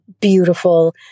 beautiful